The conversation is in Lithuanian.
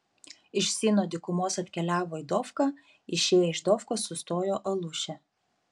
iš sino dykumos atkeliavo į dofką išėję iš dofkos sustojo aluše